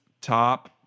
top